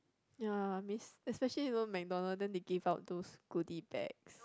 ya miss especially you know McDonald then they give out those goodie bags